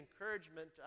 encouragement